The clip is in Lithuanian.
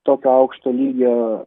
tokio aukšto lygio